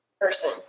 person